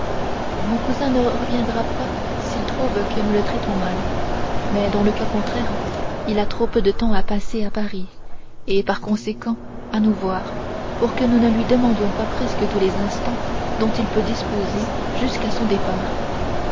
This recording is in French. mon cousin ne reviendra pas s'il trouve que nous le traitons mal mais dans le cas contraire il a trop peu de temps à passer à paris et par conséquent à nous voir pour que nous ne lui demandions pas presque tous les instants dont il peut disposer jusqu'à son départ